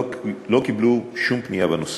לא קיבלו שום פנייה בנושא.